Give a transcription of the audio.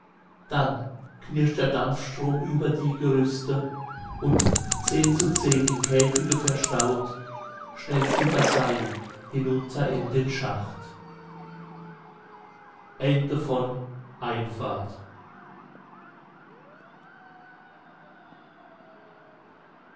dann knirscht der dampfstrom über die gerüste und zehn zu zehn in käfige verstaut schnellt sie das seil hinunter in den schacht